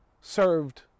served